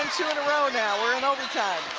two in a row now, we're in overtime.